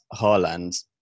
Haaland